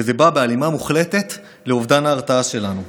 וזה בא בהלימה מוחלטת לאובדן ההרתעה שלנו,